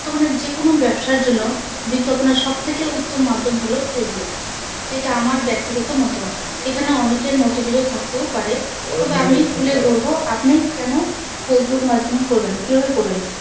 বর্তমানে যে কোনো ব্যবসার জন্য বিজ্ঞাপনের সবথেকে উত্তম মাধ্যম হলো ফেসবুক যেটা আমার ব্যক্তিগত মতামত এখানে অনেকের মতবিরোধ থাকতেও পারে তবে আমি তুলে ধরবো আপনি কেন ফেসবুক মার্চেন্ট করবেন কিভাবে করবেন